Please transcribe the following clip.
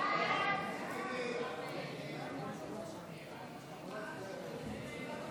ההצעה להעביר לוועדה את הצעת חוק